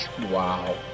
Wow